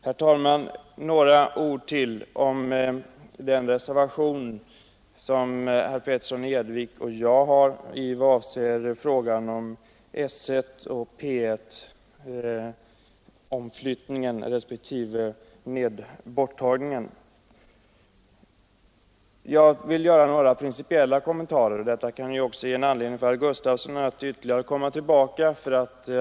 Jag vill sedan med några ord beröra den reservation som herr Petersson i Gäddvik och jag har anfört i fråga om S 1 och P1 — omflyttningen - respektive nedläggandet. De principiella kommentarer jag vill göra kan också vara en anledning för herr Gustafsson i Uddevalla att komma tillbaka.